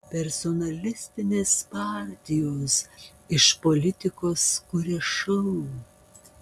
personalistinės partijos iš politikos kuria šou